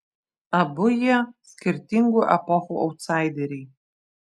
abu jie skirtingų epochų autsaideriai